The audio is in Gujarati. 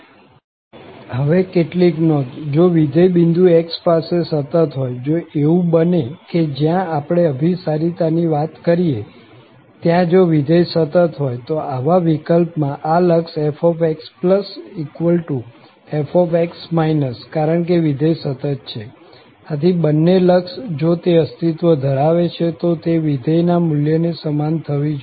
હવે કેટલીક નોંધ જો વિધેય બિંદુ x પાસે સતત હોય જો એવું બને કે જ્યાં આપણે અભીસારિતાની વાત કરીએ ત્યાં જો વિધેય સતત હોય તો આવા વિકલ્પમાં આ લક્ષ fxf કારણ કે વિધેય સતત છે આથી બન્ને લક્ષ જો તે અસ્તિત્વ ધરાવે છે તો તે વિધેયના મુલ્યને સમાન થવી જોઈએ